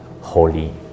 Holy